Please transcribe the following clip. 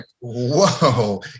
Whoa